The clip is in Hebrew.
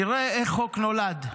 תראה איך חוק נולד,